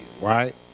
right